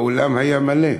האולם היה מלא.